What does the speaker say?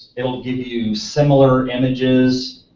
it will give you similar images,